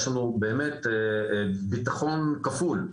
יש לנו באמת ביטחון כפול.